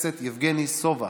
הכנסת יבגני סובה,